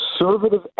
conservative